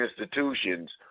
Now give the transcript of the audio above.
institutions